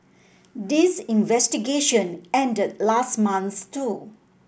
this investigation ended last month too